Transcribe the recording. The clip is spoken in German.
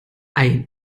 ein